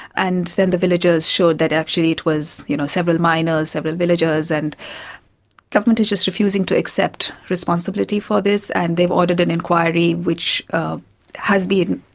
and then the villagers showed that actually it was, you know, several minors, several villagers, and government is just refusing to accept responsibility for this, and they've ordered an inquiry which has been,